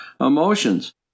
emotions